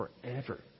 forever